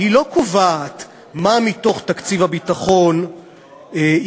לא קובעת מה מתוך תקציב הביטחון יהיה